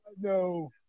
No